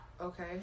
Okay